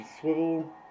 swivel